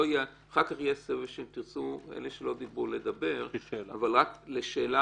אחר כך יהיה סבב שבו אלה שלא דיברו יוכלו לדבר אבל רק לשאלה,